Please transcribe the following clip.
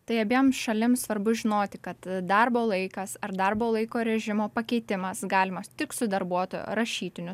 tai abiem šalim svarbu žinoti kad darbo laikas ar darbo laiko režimo pakeitimas galimas tik su darbuotojo rašytiniu